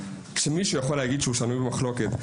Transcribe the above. שמישהו יכול להגיד שהוא שנוי במחלוקת.